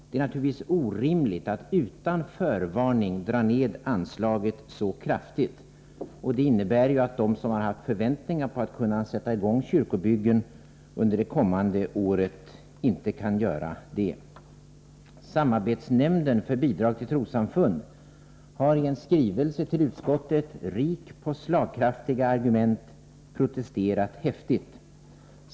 Det är naturligtvis orimligt att — utan förvårning — dra ned anslaget så kraftigt. De som hade förväntat sig att kunna sätta i gång kyrkobyggen under det kommande året kan inte göra det. Samarbetsnämnden för statsbidrag till trossamfund har i en skrivelse till utskottet, rik på slagkraftiga argument, protesterat häftigt.